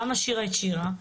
למה שירה את שירה?